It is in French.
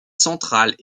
centrales